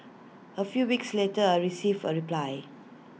A few weeks later I received A reply